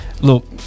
look